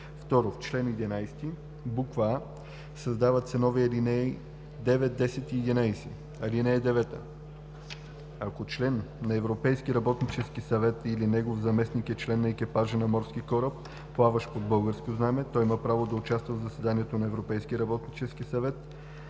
В чл. 11: а) създават се нови ал. 9,10 и 11: „(9) Ако член на европейски работнически съвет или негов заместник е член на екипажа на морски кораб, плаващ под българско знаме, той има право да участва в заседание на европейския работнически съвет